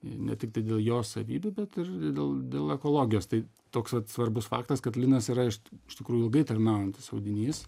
ne tik dėl jo savybių bet ir dėl dėl ekologijos tai toks vat svarbus faktas kad linas yra iš iš tikrųjų ilgai tarnaujantis audinys